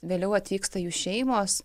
vėliau atvyksta jų šeimos